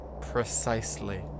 precisely